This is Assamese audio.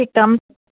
কি কাম